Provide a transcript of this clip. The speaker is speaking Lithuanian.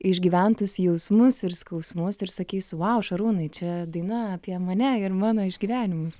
išgyventus jausmus ir skausmus ir sakys vau šarūnai čia daina apie mane ir mano išgyvenimus